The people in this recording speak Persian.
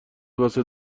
واسه